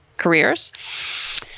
Careers